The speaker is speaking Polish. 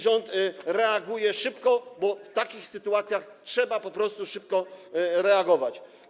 Rząd reaguje szybko, bo w takich sytuacjach trzeba po prostu szybko reagować.